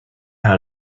how